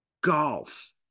golf